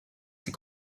ses